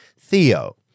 Theo